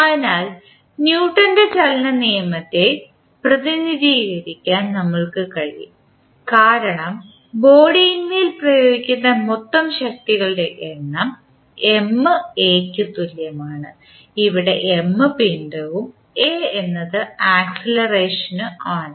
അതിനാൽ ന്യൂട്ടൻറെ ചലനനിയമത്തെ പ്രതിനിധീകരിക്കാൻ നമുക്ക് കഴിയും കാരണം ബോഡിന്മേൽ പ്രയോഗിക്കുന്ന മൊത്തം ശക്തികളുടെ എണ്ണം Ma ക്ക് തുല്യമാണ് ഇവിടെ M പിണ്ഡവും a എന്നത് ആക്സിലറേഷനാണ്